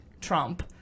Trump